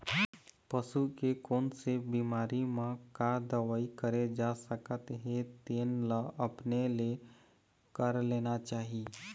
पसू के कोन से बिमारी म का दवई करे जा सकत हे तेन ल अपने ले कर लेना चाही